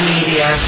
Media